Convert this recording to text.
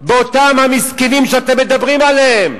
באותם המסכנים שאתם מדברים עליהם,